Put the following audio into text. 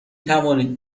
توانید